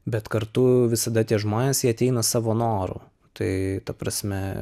bet kartu visada tie žmonės jie ateina savo noru tai ta prasme